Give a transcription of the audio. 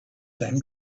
them